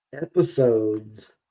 episodes